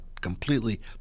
completely